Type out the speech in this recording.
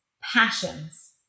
passions